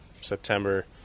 September